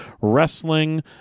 Wrestling